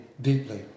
deeply